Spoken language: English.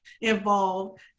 involved